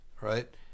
right